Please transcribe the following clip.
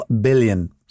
billion